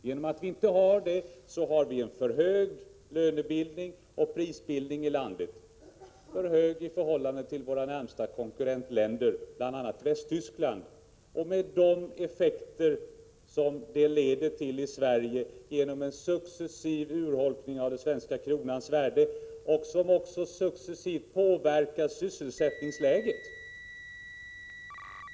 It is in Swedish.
Genom att vi inte har det har vi för hög lönebildning och prisbildning i landet i förhållande till våra närmaste konkurrentländer, bl.a. Västtyskland. Det leder till en successiv urholkning av den svenska kronans värde och påverkar successivt också sysselsättningsläget.